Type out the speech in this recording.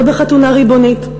לא בחתונה ריבונית,